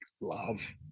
love